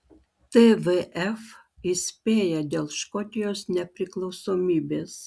tvf įspėja dėl škotijos nepriklausomybės